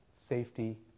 safety